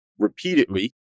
repeatedly